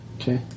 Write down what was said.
Okay